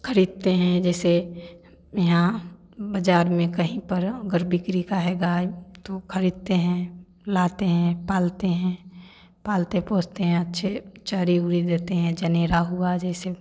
खरीदते हैं जैसे यहाँ बाजार में कहीं पर अगर बिक्री का है गाय तो खरीदते हैं लाते हैं पालते हैं पालते पोसते हैं अच्छे चरी उरी देते हैं जनेरा हुआ जैसे